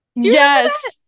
Yes